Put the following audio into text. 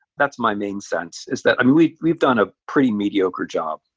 that's my main sense is that. and we've we've done a pretty mediocre job,